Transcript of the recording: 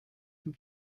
from